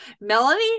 Melanie